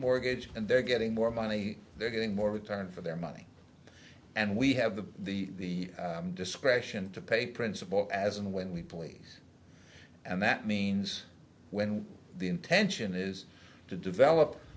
mortgage and they're getting more money they're getting more return for their money and we have the the discretion to pay principal as and when we please and that means when the intention is to develop